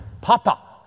Papa